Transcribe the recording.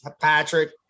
Patrick